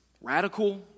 radical